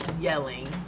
yelling